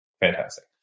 Fantastic